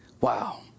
Wow